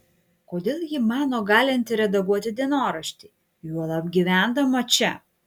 kodėl ji mano galinti redaguoti dienoraštį juolab gyvendama čia